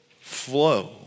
flow